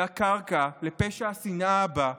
והקרקע לפשע השנאה הבא,